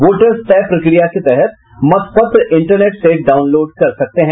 voters तय प्रक्रिया के तहत मतपत्र इंटरनेट से डाउनलोड कर सकते हैं